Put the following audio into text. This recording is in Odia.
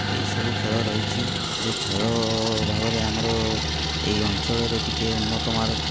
ଏହିସବୁ ଖେଳ ରହିଛି ଯେ ଖେଳ ଭାବରେ ଆମର ଏଇ ଅଞ୍ଚଳରେ ଟିକେ ଉନ୍ନତମାନ